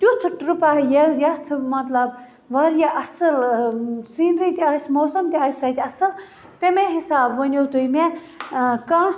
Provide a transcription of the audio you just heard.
تیُتھ ٹرٛپاہ یتھ مَطلَب واریاہ اصٕل سیٖنری تہِ آسہِ موسَم تہِ آسہِ اصٕل تَمے حِسابہٕ ؤنِو تُہۍ مےٚ کانٛہہ